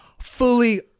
fully